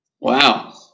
Wow